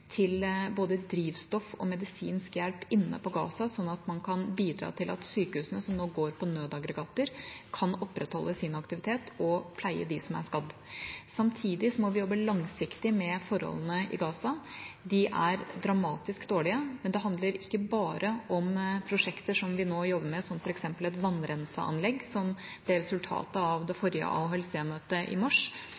til både drivstoff og medisinsk hjelp inne på Gaza, sånn at man kan bidra til at sykehusene som nå går på nødaggregater, kan opprettholde sin aktivitet og pleie dem som er skadd. Samtidig må vi jobbe langsiktig med forholdene på Gaza. De er dramatisk dårlige. Det handler ikke bare om prosjekter som vi nå jobber med, som f.eks. et vannrenseanlegg, som ble resultatet av det